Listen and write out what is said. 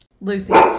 Lucy